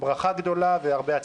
ברכה גדולה והרבה הצלחה.